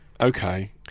Okay